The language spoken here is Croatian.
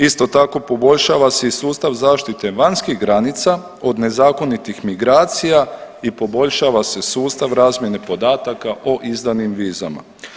Isto tako poboljšava se i sustav zaštite vanjskih granica od nezakonitih migracija i poboljšava se sustav razmjene podataka o izdanim vizama.